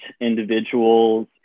individuals